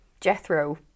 jethro